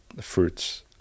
fruits